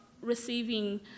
receiving